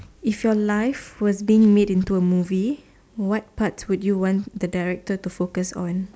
if your life was being made into a movie what parts would you want the director to focus on